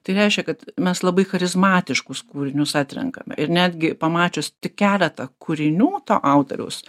tai reiškia kad mes labai charizmatiškus kūrinius atrenkame ir netgi pamačius tik keletą kūrinių to autoriaus